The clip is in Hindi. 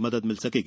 मदद मिलेगी